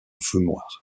fumoir